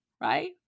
right